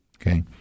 Okay